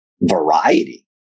variety